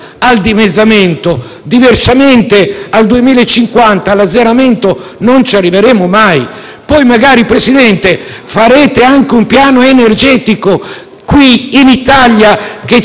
Presidente, farete anche un piano energetico in Italia che ci consentirà di gestire questa politica? Infine, sulla Cina